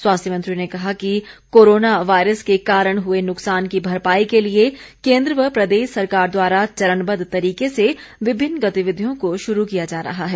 स्वास्थ्य मंत्री ने कहा कि कोरोना वायरस के कारण हुए नुकसान की भरपाई के लिए केन्द्र व प्रदेश सरकार द्वारा चरणबद्व तरीके से विभिन्न गतिविधियों को शुरू किया जा रहा है